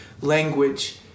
language